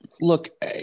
Look